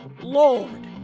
lord